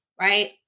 right